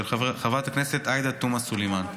של חברת הכנסת עאידה תומא סלימאן.